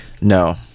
No